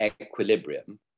equilibrium